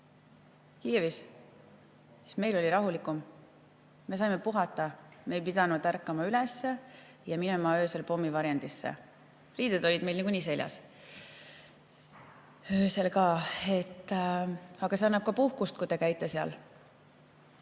Kiievis, siis meil oli rahulikum. Me saime puhata, me ei pidanud üles ärkama ja minema öösel pommivarjendisse. Riided olid meil niikuinii seljas, öösel ka. Aga see annab meile ka puhkust, kui te käite seal.